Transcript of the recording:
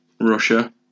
Russia